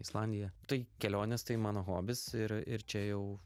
islandija tai kelionės tai mano hobis ir ir čia jau